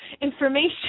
information